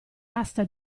asta